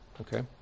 okay